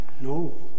No